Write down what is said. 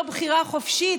לא בחירה חופשית,